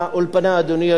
אדוני היושב-ראש,